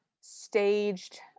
staged